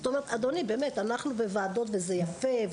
אנחנו יושבים בוועדות וזה יפה,